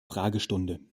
fragestunde